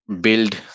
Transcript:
build